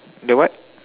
the what